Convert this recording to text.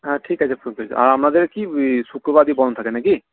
হ্যাঁ ঠিক আছে আর আপনাদের কি শুক্রবার দিন বন্ধ থাকে না কি